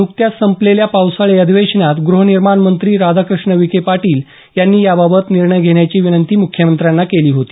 नुकत्याच संपलेल्या पावसाळी अधिवेशनात गृहनिर्माण मंत्री राधाकृष्ण विखे पाटील यांनी याबाबत निर्णय घेण्याची विनंती मुख्यमंत्र्याना केली होती